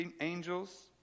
angels